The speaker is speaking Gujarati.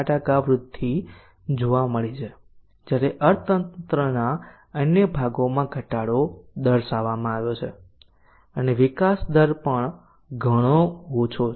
4 વૃદ્ધિ જોવા મળી છે જ્યારે અર્થતંત્રના અન્ય ભાગોમાં ઘટાડો દર્શાવવામાં આવ્યો છે અને વિકાસ દર ઘણો ઓછો છે